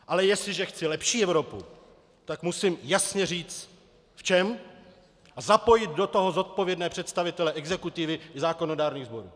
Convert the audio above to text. Ale jestliže chci lepší Evropu, tak musím jasně říct v čem a zapojit do toho zodpovědné představitele exekutivy i zákonodárných sborů.